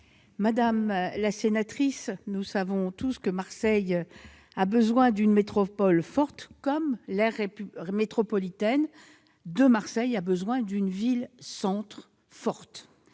Madame la sénatrice, nous le savons tous, Marseille a besoin d'une métropole forte, tout comme l'aire métropolitaine de Marseille a besoin d'une ville-centre forte.